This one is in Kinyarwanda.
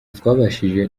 twabashije